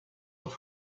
und